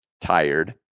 tired